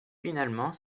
finalement